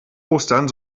ostern